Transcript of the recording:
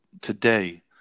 today